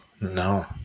No